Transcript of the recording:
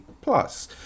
plus